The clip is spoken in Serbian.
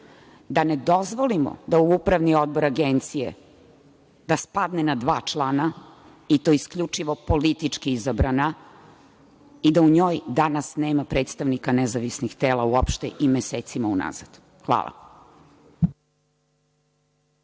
da ne dozvolimo da upravni odbor Agencije spadne na dva člana, i to isključivo politički izabrana, i da u njoj danas nema predstavnika nezavisnih tela uopšte i mesecima unazad. Hvala.